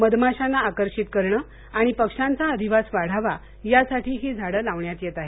मधमाशांना आकर्षित करणं आणि पक्षांचा अधिवास वाढावा यासाठी ही झाडं लावण्यात येत आहेत